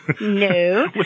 No